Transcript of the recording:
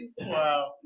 Wow